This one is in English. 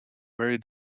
very